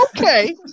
Okay